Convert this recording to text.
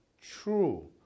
true